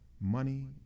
money